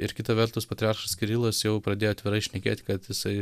ir kita vertus patriarchas kirilas jau pradėjo atvirai šnekėti kad jisai